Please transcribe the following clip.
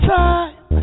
time